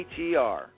ATR